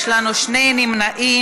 יש לנו שני נמנעים.